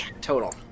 total